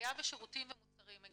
אפשר לראות שמבחינת משרד המשפטים חלק גדול